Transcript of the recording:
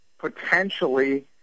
potentially